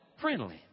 friendly